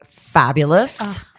fabulous